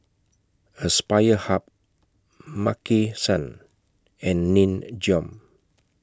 Aspire Hub Maki San and Nin Jiom